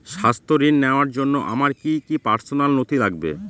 স্বাস্থ্য ঋণ নেওয়ার জন্য আমার কি কি পার্সোনাল নথি লাগবে?